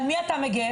על מי אתה מגן?